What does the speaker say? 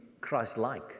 Christ-like